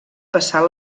passar